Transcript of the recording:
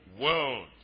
world